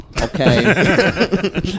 okay